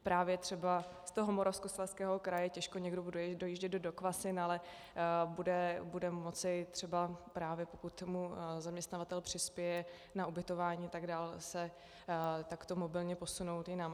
Právě třeba z toho Moravskoslezského kraje těžko někdo bude dojíždět do Kvasin, ale bude moci třeba právě, pokud zaměstnavatel mu přispěje na ubytování, tak dál se takto mobilně posunout jinam.